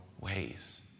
ways